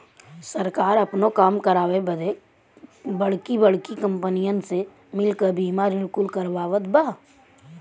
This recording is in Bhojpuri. सरकार आपनो काम करावे बदे बड़की बड़्की कंपनीअन से मिल क बीमा ऋण कुल करवावत बा